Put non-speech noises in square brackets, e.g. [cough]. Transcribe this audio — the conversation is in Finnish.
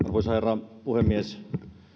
[unintelligible] arvoisa herra puhemies